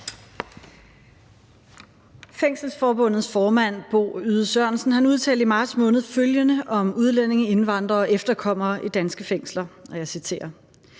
Fængselsforbundets formand, Bo Yde Sørensen, udtalte i marts måned følgende om udlændinge, indvandrere og efterkommere i danske fængsler – og jeg citerer: